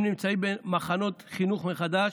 הם נמצאים במחנות חינוך מחדש,